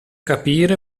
capire